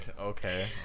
okay